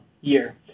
year